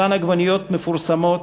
אותן עגבניות מפורסמות,